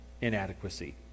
inadequacy